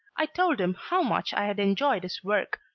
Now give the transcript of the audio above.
i told him how much i had enjoyed his work,